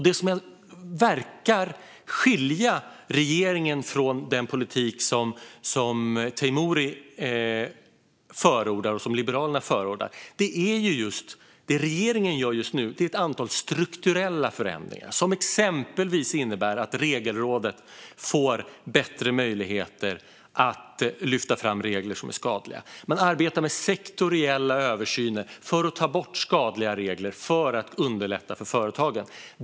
Det som verkar skilja regeringen från den politik som Teimouri och Liberalerna förordar är att regeringen just nu gör ett antal strukturella förändringar som exempelvis innebär att Regelrådet får bättre möjligheter att lyfta fram regler som är skadliga. Man arbetar med sektoriella översyner för att ta bort skadliga regler för att underlätta för företagen.